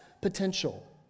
potential